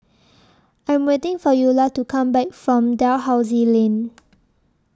I Am waiting For Eulah to Come Back from Dalhousie Lane